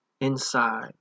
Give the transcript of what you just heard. Inside